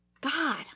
God